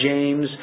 James